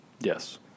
Yes